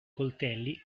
coltelli